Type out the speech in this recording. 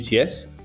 UTS